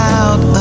out